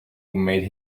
made